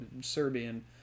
Serbian